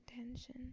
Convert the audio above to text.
attention